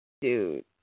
Dude